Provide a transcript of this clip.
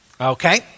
Okay